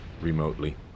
remotely